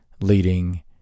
Leading